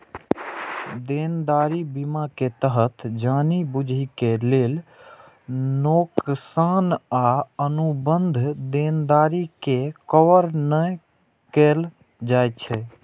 देनदारी बीमा के तहत जानि बूझि के कैल नोकसान आ अनुबंध देनदारी के कवर नै कैल जाइ छै